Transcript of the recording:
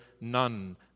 none